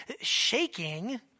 Shaking